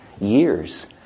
years